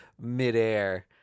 midair